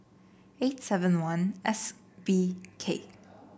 eight seven I S B K